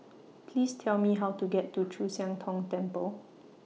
Please Tell Me How to get to Chu Siang Tong Temple